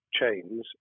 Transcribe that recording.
chains